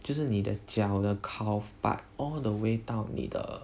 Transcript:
就是你的脚的 calf part all the way 到你的